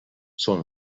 són